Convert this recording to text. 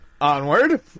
onward